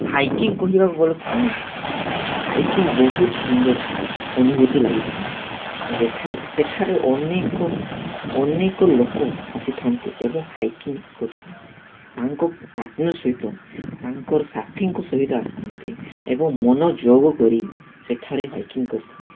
hiking କହିବାକୁ ଗଲେ କ'ଣ ହାଇକିଂ ବହୁତ ସୁନ୍ଦର ଅନୁଭୂତି ଲାଗିଥାଏ ଯେଠାରେ ସେଠାରେ ଅନେକ ଅନେକ ଲୋକ ଆସିଥାନ୍ତି ଏବଂ ହାଇକିଂ କରିଥାନ୍ତି ତାଙ୍କ ପାର୍ଟନର ସହିତ ତାଙ୍କର ସାଥିଙ୍କ ସହିତ ଆସିଥାନ୍ତି ଏବଂ ମନଯୋଗ କରି ସେଠାରେ ହାଇକିଂ କରିଥାନ୍ତି